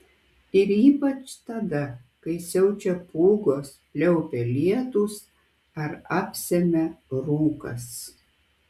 ir ypač tada kai siaučia pūgos pliaupia lietūs ar apsemia rūkas